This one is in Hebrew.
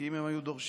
כי אם הם היו דורשים,